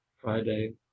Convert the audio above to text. Friday